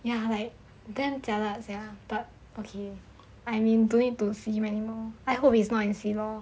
ya like damn jialat sia but okay I mean I don't need to see him anymore I hope he's not in C law